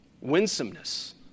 winsomeness